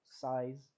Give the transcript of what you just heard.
size